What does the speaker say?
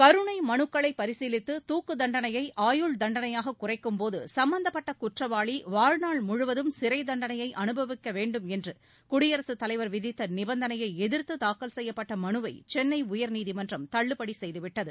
கருணை மலுக்களை பரிசீலித்து தூக்கு தண்டனையை ஆயுள் தண்டனையாக குறைக்கும்போது சும்மந்தப்பட்ட குற்றவாளி வாழ்நாள் முழுவதும் சிறை தண்டனையை அனுபவிக்க வேண்டும் என்று குடியரசுத் தலைவர் விதித்த நிபந்தனையை எதிர்த்து தாக்கல் செய்யப்பட்ட மனுவை சென்னை உயர்நீதிமன்றம் தள்ளுபடி செய்துவிட்டது